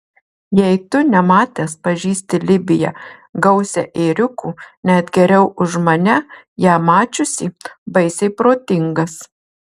jei tu nematęs pažįsti libiją gausią ėriukų net geriau už mane ją mačiusį baisiai protingas